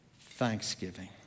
thanksgiving